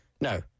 no